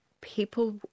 people